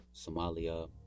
somalia